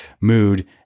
mood